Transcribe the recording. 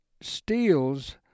steals